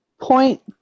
Point